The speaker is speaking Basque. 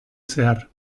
zehar